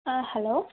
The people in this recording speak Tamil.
ஆ ஹலோ